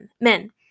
men